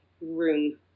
room